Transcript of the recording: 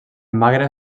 magre